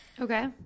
Okay